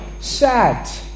sad